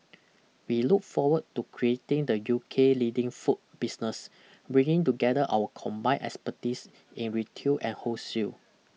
we look forward to creating the U K leading food business bringing together our combined expertise in retail and wholesale